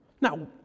Now